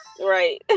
right